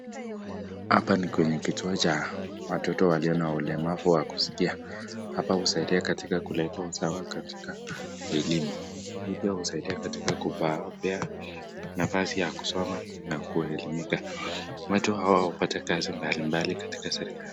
Hapa ni kwenye kituo cha watoto walio na ulemavu wa kuskia. Hapa husaidia katika kuleta usawa katika mwilini. Hili husaidia katika kuwapea nafasi ya kusoma na kuelimika watu hawa wapate kazi mbalimbali katika serekali.